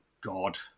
God